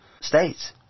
states